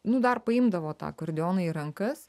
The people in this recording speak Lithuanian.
nu dar paimdavo tą akordeoną į rankas